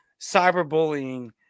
cyberbullying